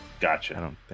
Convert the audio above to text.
Gotcha